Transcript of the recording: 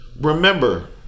Remember